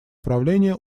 управления